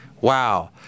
Wow